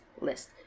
list